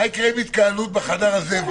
מה יקרה עם התקהלות בחדר הזבל?